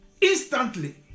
instantly